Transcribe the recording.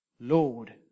Lord